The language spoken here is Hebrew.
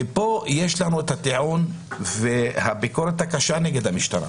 ופה יש לנו את הטיעון ואת הביקורת הקשה נגד המשטרה,